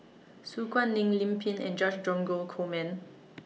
Su Guaning Lim Pin and George Dromgold Coleman